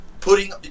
putting